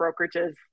brokerages